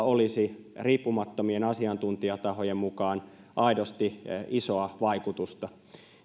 olisi riippumattomien asiantuntijatahojen mukaan aidosti isoa vaikutusta